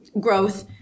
growth